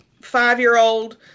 five-year-old